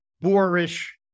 boorish